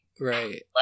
Right